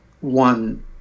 one